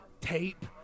tape